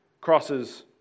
crosses